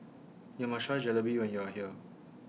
YOU must Try Jalebi when YOU Are here